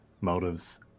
motives